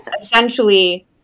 Essentially